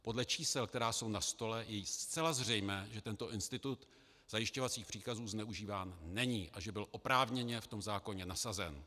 Podle čísel, která jsou na stole, je zcela zřejmé, že tento institut zajišťovacích příkazů zneužíván není a že byl oprávněně v zákoně nasazen.